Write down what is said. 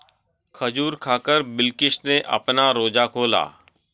खजूर खाकर बिलकिश ने अपना रोजा खोला